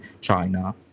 China